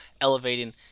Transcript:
elevating